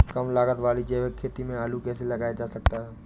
कम लागत वाली जैविक खेती में आलू कैसे लगाया जा सकता है?